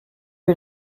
est